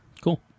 Cool